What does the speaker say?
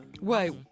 wait